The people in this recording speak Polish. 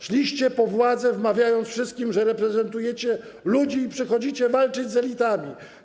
Szliście po władzę, wmawiając wszystkim, że reprezentujecie ludzi i przychodzicie walczyć z elitami.